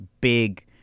big